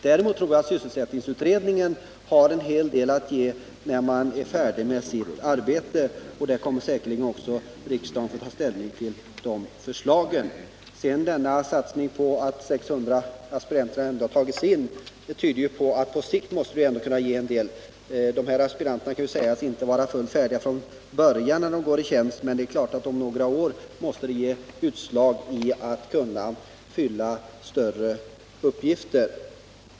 Däremot tror jag att sysselsättningsutredningen har en hel del att ge när den är färdig med sitt arbete. Riksdagen kommer säkerligen också att få ta ställning till utredningens förslag. Det förhållandet att 600 aspiranter har tagits in tyder ändå på att på sikt måste den satsningen kunna ge en del i utbyte. Aspiranterna kan inte sägas vara färdiga när de går i tjänst, men det är klart att om några år kommer de att kunna fylla större uppgifter.